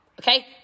Okay